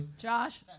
Josh